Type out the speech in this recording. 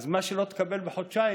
אז מה שלא תקבל בחודשיים,